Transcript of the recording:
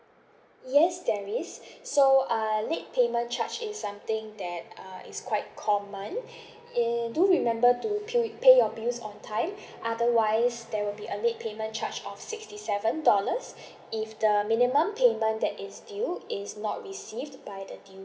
yes there is so uh late payment charge is something that uh it's quite common eh do remember to pay your bills on time otherwise there will be a late payment charge of sixty seven dollars if the minimum payment that is due is not received by the due